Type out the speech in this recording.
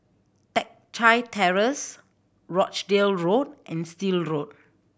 Teck Chye Terrace Rochdale Road and Still Road